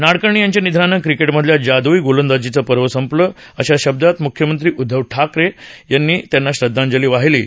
नाडकर्णी यांच्या निधनानं क्रिकेटमधल्या जादूई गोलंदाजीचं पर्व संपलं अशा शब्दात मुख्यमंत्री उदधव ठाकरे यांनी त्यांना श्रद्धांजली वाहिली आहे